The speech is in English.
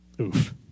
Oof